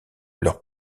leur